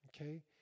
okay